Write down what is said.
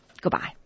Goodbye